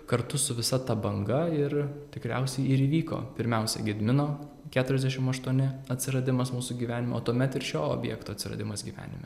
kartu su visa ta banga ir tikriausiai ir įvyko pirmiausia gedimino keturiasdešim aštuoni atsiradimas mūsų gyvenimo tuomet ir šio objekto atsiradimas gyvenime